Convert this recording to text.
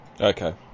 Okay